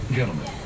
gentlemen